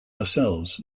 ourselves